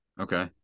okay